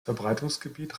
verbreitungsgebiet